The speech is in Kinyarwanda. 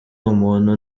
umuntu